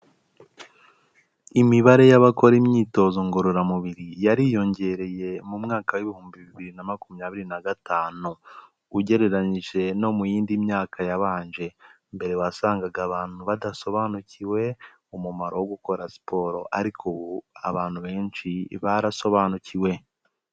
Imibare y'abakora imyitozo ngororamubiri yariyongereye mu mwaka w'ibihumbi bibiri na makumyabiri na gatanu, ugereranyije no mu yindi myaka yabanje, mbere wasangaga abantu badasobanukiwe umumaro wo gukora siporo, ariko ubu abantu benshi barasobanukiwe.